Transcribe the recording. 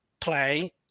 play